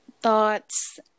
thoughts